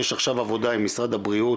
יש עכשיו עבודה עם משרד הבריאות,